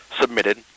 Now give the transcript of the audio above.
submitted